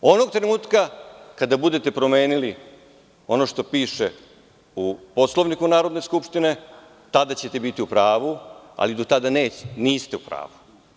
Onog trenutka kada budete promenili ono što piše u Poslovniku Narodne skupštine, tada ćete biti u pravu, ali do tada niste u pravu.